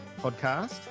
podcast